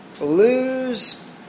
lose